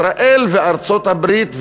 ישראל וארצות-הברית,